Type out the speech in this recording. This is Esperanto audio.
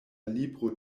libro